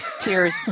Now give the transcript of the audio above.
tears